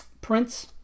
Prince